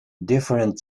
different